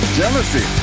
jealousy